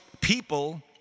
people